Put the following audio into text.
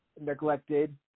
neglected